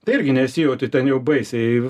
tai irgi nesijauti ten jau baisiai